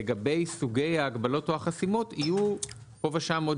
לגבי סוגי ההגבלות או החסימות יהיו עוד